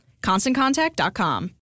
ConstantContact.com